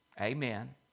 Amen